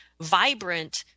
vibrant